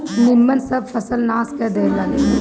निमन सब फसल नाश क देहलस